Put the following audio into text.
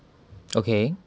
okay